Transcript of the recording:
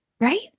right